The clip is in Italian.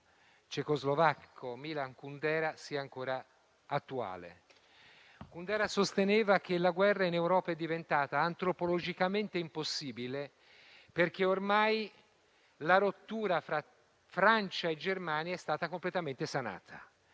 cecoslovacco, Milan Kundera, sia ancora attuale. Kundera sosteneva che la guerra in Europa fosse diventata antropologicamente impossibile, perché ormai la rottura fra Francia e Germania era stata completamente sanata.